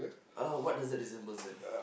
uh what does that resembles then